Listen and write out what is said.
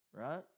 Right